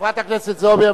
חברת הכנסת זועבי,